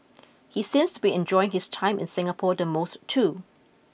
he seems to be enjoying his time in Singapore the most too